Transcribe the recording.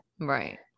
Right